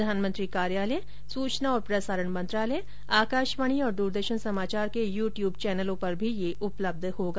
प्रधानमंत्री कार्यालय सूचना और प्रसारण मंत्रालय आकाशवाणी और दूरदर्शन समाचार के यूट्यूब चैनलों पर भी यह उपलब्ध रहेगा